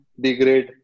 degrade